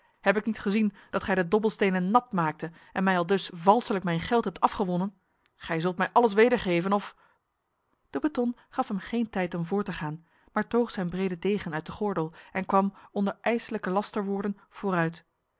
heb ik niet gezien dat gij de dobbelstenen nat maakte en mij aldus valselijk mijn geld hebt afgewonnen gij zult mij alles wedergeven of de breton gaf hem geen tijd om voort te gaan maar toog zijn brede degen uit de gordel en kwam onder ijslijke lasterwoorden vooruit